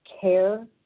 care